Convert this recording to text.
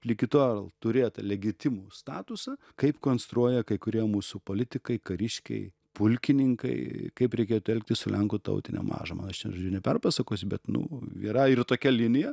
ligi tol turėtą legitimų statusą kaip konstruoja kai kurie mūsų politikai kariškiai pulkininkai kaip reikėtų elgtis su lenkų tautine mažuma aš čia žodžiu neperpasakosiu bet nu yra ir tokia linija